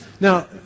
Now